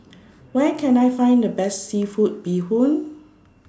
Where Can I Find The Best Seafood Bee Hoon